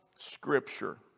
Scripture